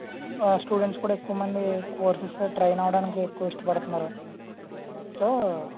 students కూడా ఎక్కువమంది కోర్సులు సైడ్ ట్రైన్ అవడానికి ఎక్కువ ఇష్టపడుతున్నారు సో